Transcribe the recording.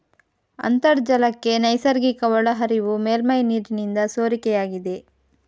ಅಂತರ್ಜಲಕ್ಕೆ ನೈಸರ್ಗಿಕ ಒಳಹರಿವು ಮೇಲ್ಮೈ ನೀರಿನಿಂದ ಸೋರಿಕೆಯಾಗಿದೆ